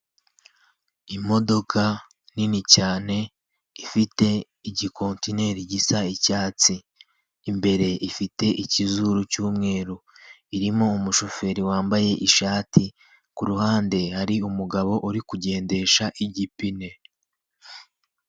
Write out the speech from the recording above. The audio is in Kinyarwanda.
Imodoka nini cyane ifite igi kontineri gisa icyatsi, imbere ifite ikizuru cy'umweru irimo umushoferi wambaye ishati, kuruhande hari umugabo uri kugendesha igipine.